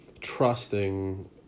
trusting